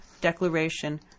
Declaration